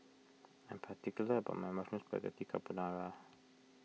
I am particular about my Mushroom Spaghetti Carbonara